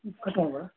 cut ಮಾಡ್ಬೌದಾ